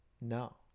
No